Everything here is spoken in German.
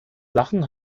sachen